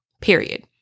period